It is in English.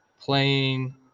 playing